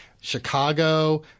Chicago